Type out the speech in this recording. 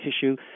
tissue